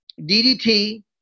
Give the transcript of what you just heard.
DDT